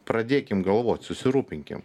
pradėkim galvot susirūpinkim